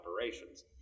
operations